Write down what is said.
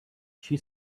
she